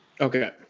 okay